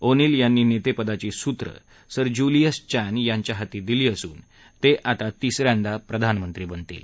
O'Neill यांनी नेतेपदाची सूत्रं सर जुलिअस चॅन यांच्या हाती दिली असून ते आता तिसऱ्यांदा प्रधानमंत्री बनतील